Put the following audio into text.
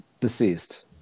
deceased